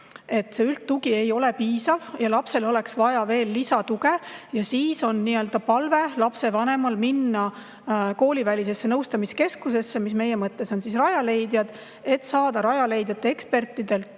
Üldtugi ei ole piisav ja lapsele oleks vaja veel lisatuge. Ja siis palutakse lapsevanemal minna koolivälisesse nõustamiskeskusesse – meie mõttes on [need keskused] Rajaleidjad –, et saada Rajaleidja ekspertidelt